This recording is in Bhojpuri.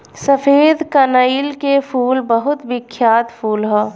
सफेद कनईल के फूल बहुत बिख्यात फूल ह